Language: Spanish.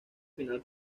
final